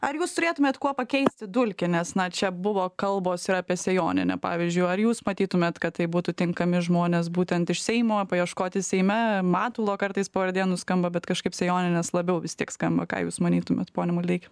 ar jūs turėtumėt kuo pakeisti dulkį nes na čia buvo kalbos ir apie sėjonienę pavyzdžiui ar jūs matytumėt kad tai būtų tinkami žmonės būtent iš seimo paieškoti seime matulo kartais pavardė nuskamba bet kažkaip sėjonienės labiau vis tik skamba ką jūs manytumėt pone maldeiki